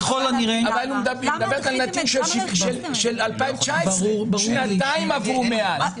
אבל היא מדברת על נתון של 2019. שנתיים עברו מאז,